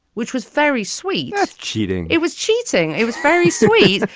which was very sweet cheating. it was cheating. it was very sweet,